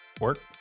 work